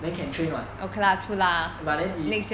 then can train [what] but then 你